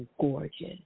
gorgeous